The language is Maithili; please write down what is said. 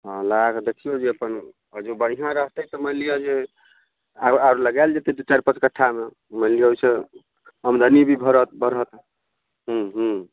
हँ लगाके देखियौ जे अपन आओर जे बढ़िआँ रहतै तऽ मानि लिअ जे आओर आओर लगाएल जेतै दू चारि पाँच कट्ठामे मानि लिअ ओहिसे आमदनी भी भरत बढ़त हूँ हूँ